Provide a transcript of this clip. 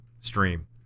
stream